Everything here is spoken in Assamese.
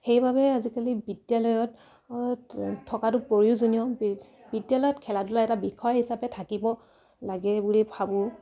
সেইবাবে আজিকালি বিদ্যালয়ত থকাটো প্ৰয়োজনীয় বিদ্যালয়ত খেলা ধূলা এটা বিষয় হিচাপে থাকিব লাগে বুলি ভাবোঁ